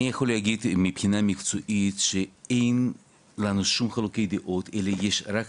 אני יכול להגיד מבחינה מקצועית שאין לנו שום חילוקי דעות אלא יש רק